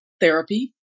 therapy